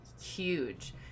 huge